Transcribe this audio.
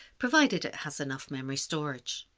provided it has enough memory storage.